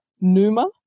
Numa